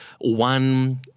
one